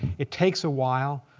it takes a while.